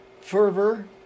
fervor